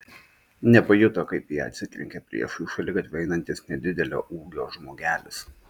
nepajuto kaip į ją atsitrenkė priešais šaligatviu einantis nedidelio ūgio žmogelis